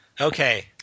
Okay